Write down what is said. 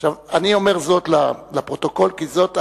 אני אומר זאת לפרוטוקול כי זאת האמת,